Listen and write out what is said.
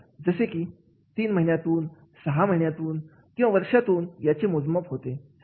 जसे की तीन महिन्यातून सहा महिन्यातून किंवा वर्षातून याचे मोजमाप होते